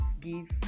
give